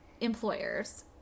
employers